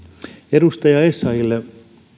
edustaja essayahille